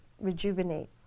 Rejuvenate